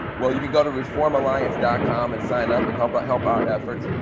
well, you can go to reformalliance dot com and sign up and help but help our efforts.